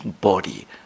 body